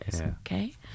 Okay